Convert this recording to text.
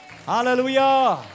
Hallelujah